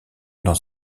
dans